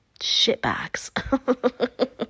shitbags